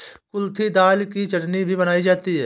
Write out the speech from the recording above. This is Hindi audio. कुल्थी दाल की चटनी भी बनाई जाती है